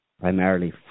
primarily